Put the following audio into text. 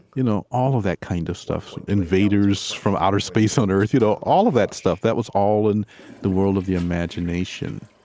you know, all of that kind of stuff, invaders from outer space on earth, you all of that stuff. that was all in the world of the imagination